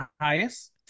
highest